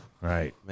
Right